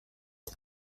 der